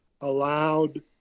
allowed